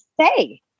say